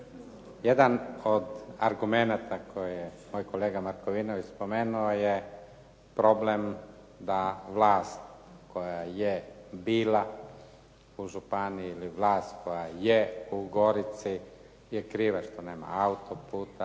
Jedan od argumenata koje je moj kolega Markovinović spomenuo je problem da vlast koja je bila u županiji ili vlast koja je u Gorici je kriva što nema auto-puta,